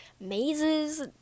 mazes